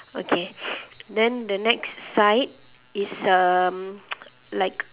okay then the next side is um like